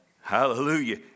Hallelujah